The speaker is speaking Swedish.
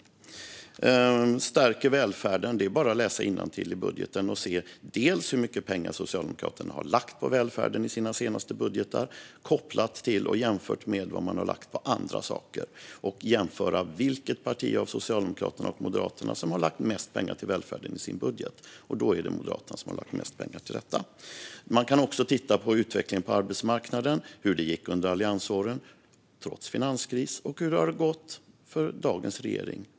När det gäller frågan om att stärka välfärden är det bara att läsa innantill i budgeten och se hur mycket pengar Socialdemokraterna har lagt på välfärden i sina senaste budgetar kopplat till och jämfört med vad man har lagt på andra saker. Jämför man vilket parti av Socialdemokraterna och Moderaterna som har lagt mest pengar på välfärden i sin budget ser man att det är Moderaterna som har lagt mest pengar till detta. Man kan också titta på utvecklingen på arbetsmarknaden och hur det gick under alliansåren, trots finanskris, och hur det har gått för dagens regering.